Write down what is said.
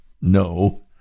No